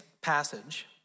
passage